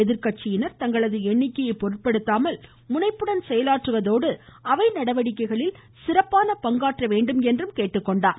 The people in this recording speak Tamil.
எதிர்கட்சியினர் தங்களது எண்ணிக்கையை பொருட்படுத்தாமல் முனைப்புடன் செயலாற்றுவதோடு அவை நடவடிக்கைகளில் சிறப்பான பங்காற்ற வேண்டும் என்றும் கேட்டுக்கொண்டார்